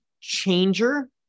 changer